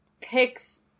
picks